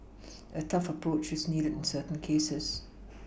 a tough approach is needed in certain cases